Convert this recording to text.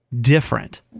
different